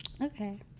Okay